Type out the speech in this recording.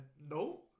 no